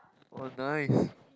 oh nice